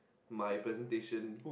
my presentation